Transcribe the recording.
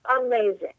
amazing